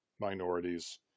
minorities